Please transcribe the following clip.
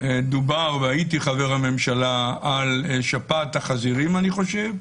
דובר על שפעת החזירים, אני חושב,